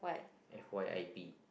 F_Y_I_P